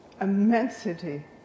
Immensity